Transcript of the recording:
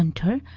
and to